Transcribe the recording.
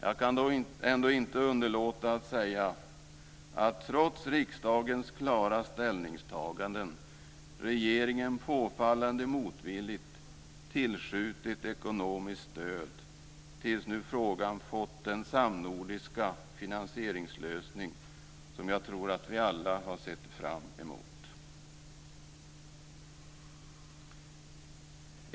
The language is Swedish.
Jag kan ändå inte underlåta att säga att regeringen, trots riksdagens klara ställningstaganden, påfallande motvilligt tillskjutit ekonomiskt stöd tills frågan nu fått den samnordiska finansieringslösning som jag tror att vi alla har sett framemot.